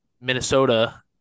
Minnesota